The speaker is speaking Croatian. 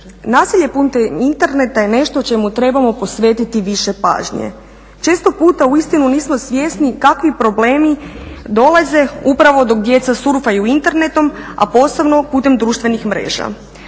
Nasilje putem interneta je nešto čemu trebamo posvetiti više pažnje. Često puta uistinu nisu svjesni kakvi problemi dolaze upravo dok djeca surfaju internetom, a posebno putem društvenih mreža.